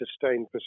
sustained